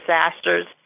disasters